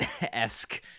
esque